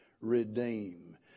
redeem